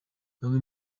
bamwe